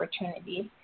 opportunities